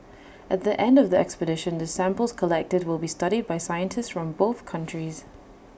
at the end of the expedition the samples collected will be studied by scientists from both countries